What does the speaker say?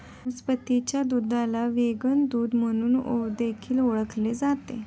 वनस्पतीच्या दुधाला व्हेगन दूध म्हणून देखील ओळखले जाते